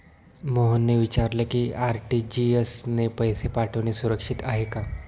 मोहनने विचारले की आर.टी.जी.एस ने पैसे पाठवणे सुरक्षित आहे का?